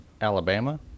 Alabama